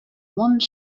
one